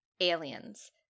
aliens